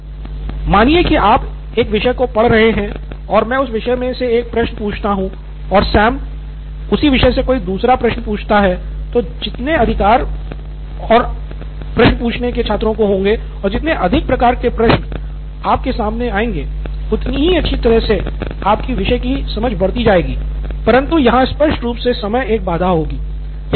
नितिन कुरियन मानिए की आप एक विषय को पढ़ रहे हैं और मैं उस विषय से एक प्रश्न पूछता हूं और सैम उसी विषय से कोई दूसरा प्रश्न पूछता है तो जितने अधिक प्रकार के प्रश्न आप के सामने आएँगे उतनी ही अच्छी तरह से आपकी विषय की समझ बढ़ती जाएगी परंतु यहाँ स्पष्ट रूप से समय की एक बाधा होगी